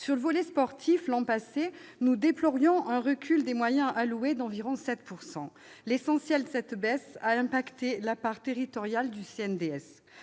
Sur le volet sportif, l'an passé, nous déplorions un recul des moyens d'environ 7 %. L'essentiel de cette baisse a touché la part territoriale du CNDS.